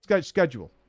schedule